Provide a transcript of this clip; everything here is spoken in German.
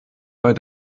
bei